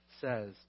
says